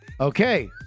Okay